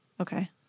Okay